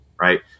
right